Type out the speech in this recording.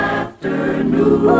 afternoon